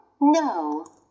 no